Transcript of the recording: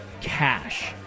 cash